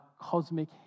cosmic